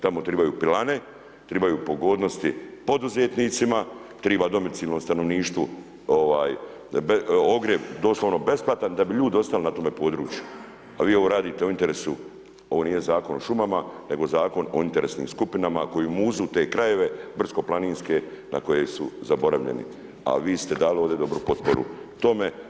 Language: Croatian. Tamo trebaju pilane, trebaju pogodnosti poduzetnicima, treba domicilnom stanovništvu ogrjev doslovno besplatan da bi ljudi ostali na tome području a vi ovo radite u interesu, ovo nije zakon o šumama nego zakon o interesnim skupinama koji muzu te krajeve brdsko-planinske na koje su zaboravljeni a vi ste dali ovdje dobru potporu tome.